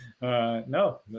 No